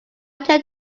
tend